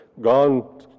gone